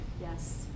Yes